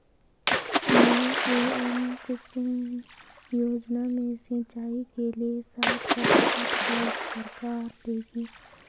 PM Kusum योजना में सिंचाई के लिए साठ प्रतिशत क़र्ज़ सरकार देगी